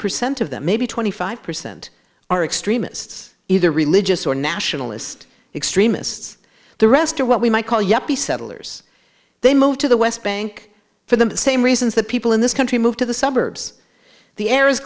percent of that maybe twenty five percent are extremists either religious or nationalist extremists the rest are what we might call yuppie settlers they move to the west bank for the same reasons that people in this country move to the suburbs the air is